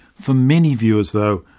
for many viewers though,